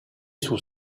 sous